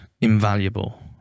invaluable